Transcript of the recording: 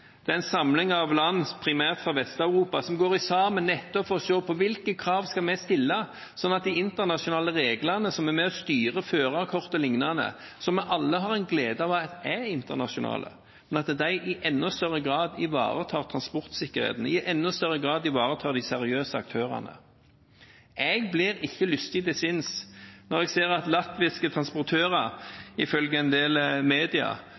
Det er en samling av land, primært fra Vest-Europa, som går sammen for å se på hvilke krav vi skal stille for de internasjonale reglene som er med og styrer førerkort o.l., som vi alle har en glede av er internasjonale, slik at de i enda større grad ivaretar transportsikkerheten, i enda større grad ivaretar de seriøse aktørene. Jeg blir ikke lystig til sinns når jeg ser at latviske transportører ifølge en del medier